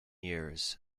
years